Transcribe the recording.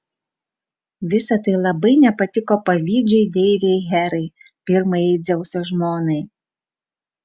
visa tai labai nepatiko pavydžiai deivei herai pirmajai dzeuso žmonai